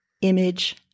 image